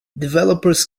developers